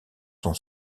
son